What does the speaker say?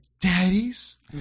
daddies